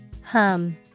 Hum